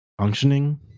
functioning